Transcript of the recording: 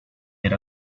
era